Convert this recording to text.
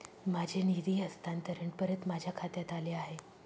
माझे निधी हस्तांतरण परत माझ्या खात्यात आले आहे